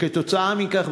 כתוצאה מכך,